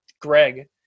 Greg